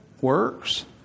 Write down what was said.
works